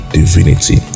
divinity